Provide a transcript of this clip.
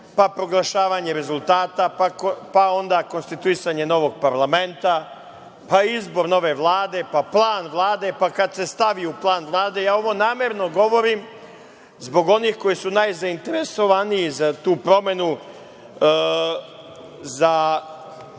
pa proglašavanje rezultata, pa onda konstituisanje novog parlamenta, pa, izbor nove Vlade, pa plan Vlade, pa kad se stavi u plan Vlade, ja ovo namerno govorim zbog onih koji su najzainteresovaniji za tu promenu, za,